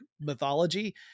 mythology